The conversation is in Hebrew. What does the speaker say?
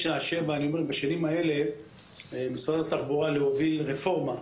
2009, 2007, להוביל רפורמה.